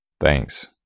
thanks